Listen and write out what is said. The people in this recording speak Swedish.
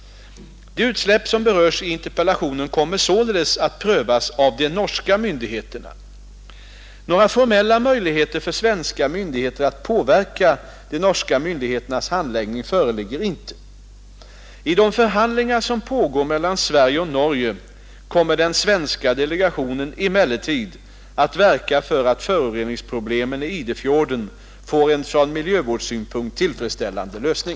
De utsläpp som berörs i interpellationen kommer således att prövas av de norska myndigheterna. Några formella möjligheter för svenska myndigheter att påverka de norska myndigheternas handläggning föreligger inte. I de förhandlingar som pågår mellan Sverige och Norge kommer den svenska delegationen emellertid att verka för att föroreningsproblemen i Idefjorden får en från miljövårdssynpunkt tillfredsställande lösning.